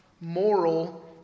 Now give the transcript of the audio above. moral